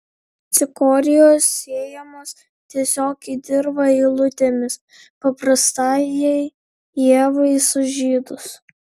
cikorijos sėjamos tiesiog į dirvą eilutėmis paprastajai ievai sužydus